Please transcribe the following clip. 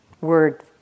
word